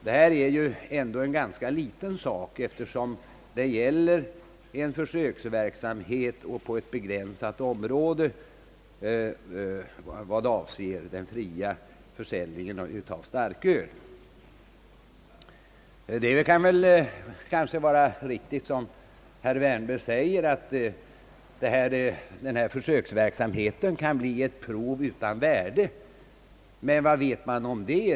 Det gäller för övrigt här en ganska liten sak, nämligen en försöksverksamhet på ett begränsat område i vad den avser den fria försäljningen av starköl. Det kanske kan vara riktigt, såsom herr Wärnberg framhåller, att denna försöksverksamhet kommer att bli ett prov utan värde. Men vad vet man ännu om detta?